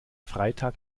freitag